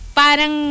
parang